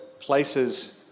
places